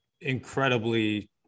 incredibly